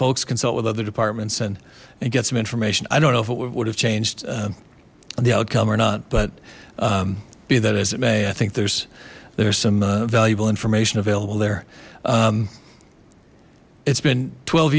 folks consult with other departments and get some information i don't know if it would have changed the outcome or not but be that as it may i think there's there's some valuable information available there it's been twelve